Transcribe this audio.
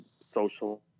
social